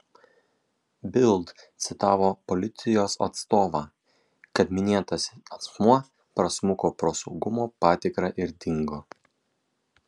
bild citavo policijos atstovą kad minėtas asmuo prasmuko pro saugumo patikrą ir dingo